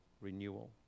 Renewal